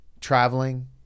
traveling